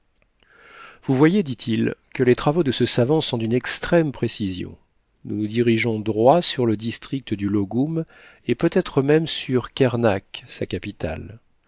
vous voyez dit-il que les travaux de ce savant sont d'une extrême précision nous nous dirigeons droit sur le district au loggoum et peut-être même sur kernak sa capitale